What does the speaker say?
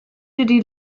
die